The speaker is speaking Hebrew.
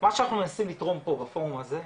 מה שאנחנו מנסים לתרום פה בפורום הזה,